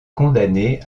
condamné